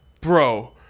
Bro